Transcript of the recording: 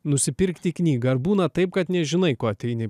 nusipirkti knygą ar būna taip kad nežinai ko ateini